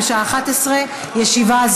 בשעה 11:00.